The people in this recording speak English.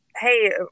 hey